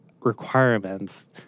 requirements